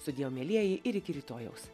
sudieu mielieji ir iki rytojaus